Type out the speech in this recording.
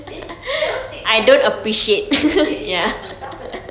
it's that [one] takes time to appreciate it tak apa tak apa